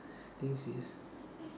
things is